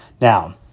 Now